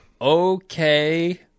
Okay